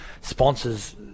sponsors